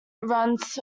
runs